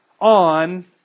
on